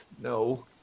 no